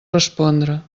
respondre